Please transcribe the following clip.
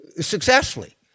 successfully